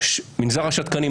שהם מנזר השתקנים,